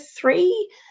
three